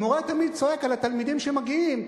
המורה תמיד צועק על התלמידים שמגיעים,